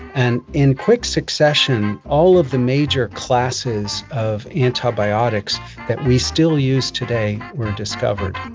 and in quick succession all of the major classes of antibiotics that we still use today were discovered.